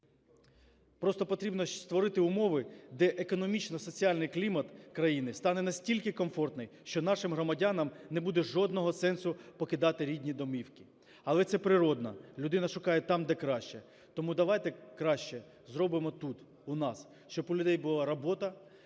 просто потрібно створити умови, де економічно-соціальний клімат країни стане настільки комфортний, що нашим громадянам не буде жодного сенсу покидати рідні домівки. Але це природно: людина шукає там, де краще. Тому давайте краще зробимо тут, у нас, щоб у людей була робота,